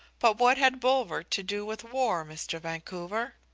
but what had bulwer to do with war, mr. vancouver?